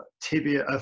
tibia